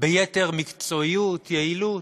ביתר מקצועיות, יעילות.